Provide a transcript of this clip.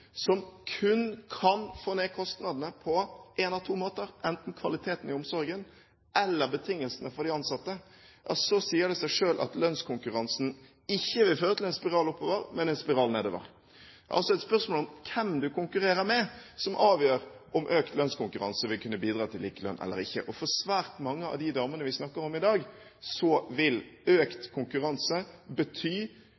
de kun få ned kostnadene på én av to måter: enten kvaliteten i omsorgen, eller betingelsene for de ansatte. Da sier det seg selv at lønnskonkurransen ikke vil føre til en spiral oppover, men en spiral nedover. Det er altså et spørsmål om hvem du konkurrerer med, som avgjør om økt lønnskonkurranse vil kunne bidra til likelønn eller ikke. Og for svært mange av de damene vi snakker om i dag, vil økt